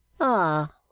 Ah